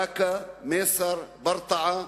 באקה, מסר, ברטעה,